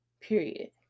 Period